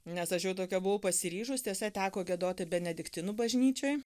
nes aš jau tokia buvau pasiryžus tiesa teko giedoti benediktinų bažnyčioj